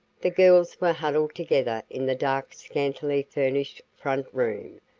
the girls were huddled together in the dark scantily-furnished front room,